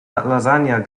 lasagne